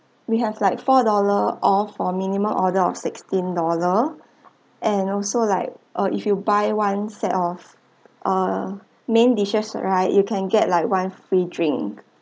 we have like four dollar off for minimum order of sixteen dollar and also like uh if you buy one set of uh main dishes right you can get like one free drink